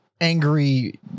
angry